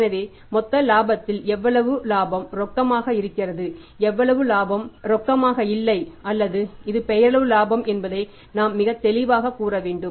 எனவே மொத்த இலாபத்தில் எவ்வளவு இலாபம் ரொக்கமாக இருக்கிறது எவ்வளவு இலாபம் ரொக்கமாக இல்லை அல்லது இது பெயரளவு இலாபம் என்பதை நாம் மிகத் தெளிவாகக் கூற வேண்டும்